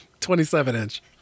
27-inch